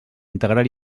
integrar